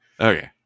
Okay